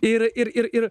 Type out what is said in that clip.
ir ir ir ir ir